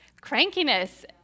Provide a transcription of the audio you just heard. Crankiness